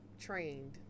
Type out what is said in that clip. trained